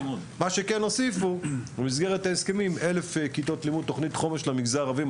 במסגרת ההסכמים הוסיפו רק 1,000 כיתות לימוד בתוכנית החומש למגזר הערבי,